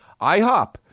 IHOP